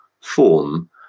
form